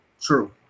True